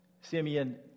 Simeon